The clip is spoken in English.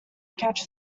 catch